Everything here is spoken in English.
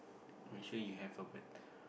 make sure you have a bet